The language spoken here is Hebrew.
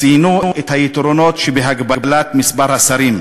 ציינו את היתרונות שבהגבלת מספר השרים: